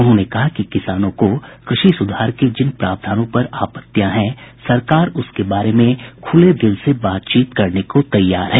उन्होंने कहा कि किसानों को क़षि सुधार के जिन प्रावधानों पर आपत्तियां हैं सरकार उनके बारे में खुले दिल से बातचीत करने को तैयार है